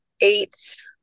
eight